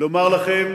לומר לכם,